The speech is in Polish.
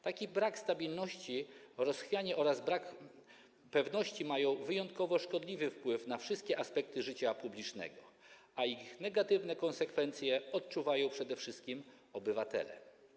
Taki brak stabilności, rozchwianie oraz brak pewności mają wyjątkowo szkodliwy wpływ na wszystkie aspekty życia publicznego, a ich negatywne konsekwencje odczuwają przede wszystkim obywatele.